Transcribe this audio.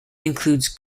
includes